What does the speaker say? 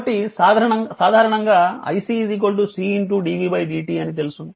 కాబట్టి సాధారణంగా iC c dv dt అని తెలుసు